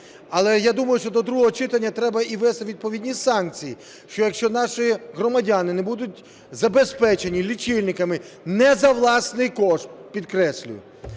Але я думаю, що до другого читання треба і ввести відповідні санкції, що якщо наші громадяни не будуть забезпечені лічильниками не за власний кошт, підкреслюю,